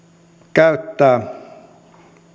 käyttää